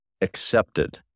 accepted